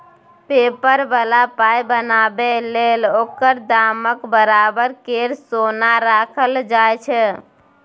paper बला पाइ बनाबै लेल ओकर दामक बराबर केर सोन राखल जाइ छै